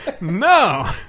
No